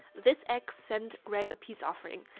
this ex sent greg a peace offering,